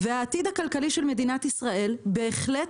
והעתיד הכלכלי של מדינת ישראל בהחלט